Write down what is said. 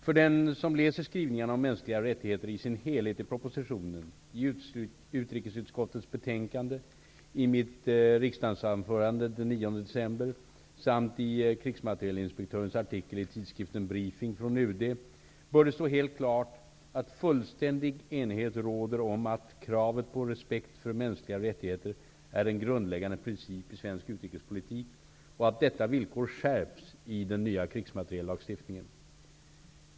För den som läser skrivningarna om mänskliga rättigheter i sin helhet i propositionen, i utrikesutskottets betänkande, i mitt riksdagsanförande den 9 december samt i krigsmaterielinspektörens artikel i tidskriften Briefing från UD bör det stå helt klart att fullständig enighet råder om att kravet på respekt för mänskliga rättigheter är en grundläggande princip i svensk utrikespolitik och att detta villkor skärps i den nya krigsmateriellagstiftningen.